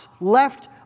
left